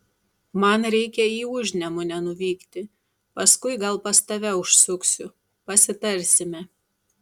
man reikia į užnemunę nuvykti paskui gal pas tave užsuksiu pasitarsime